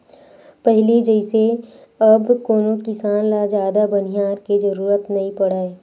पहिली जइसे अब कोनो किसान ल जादा बनिहार के जरुरत नइ पड़य